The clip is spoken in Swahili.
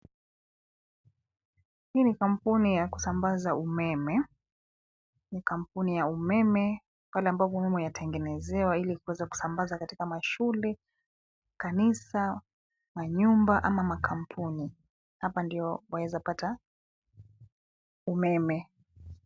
Hii ni kampuni ya kusambaza umeme. Ni kampuni ya umeme pale ambapo umeme yatengenezewa ili kuweza kusambazwa katika mashule, kanisa , manyumba ama makampuni. Hapa ndio waweza pata umeme.